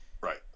Right